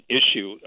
issue